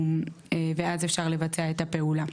ואז אפשר לבצע את הפעולה.